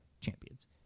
champions